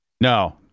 No